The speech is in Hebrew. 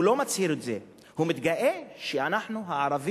הוא לא מצהיר את זה, הוא מתגאה שאנחנו הערבים